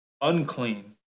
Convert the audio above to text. unclean